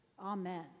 Amen